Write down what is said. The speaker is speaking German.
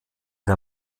der